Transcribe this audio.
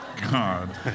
God